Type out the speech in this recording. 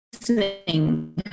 listening